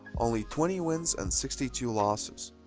only twenty wins and sixty two losses.